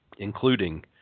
including